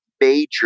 major